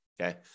okay